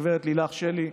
גב' לילך שלי.